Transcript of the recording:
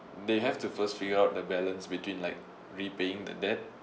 they have to first figure out the balance between like repaying the debt